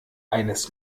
eines